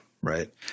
right